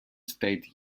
state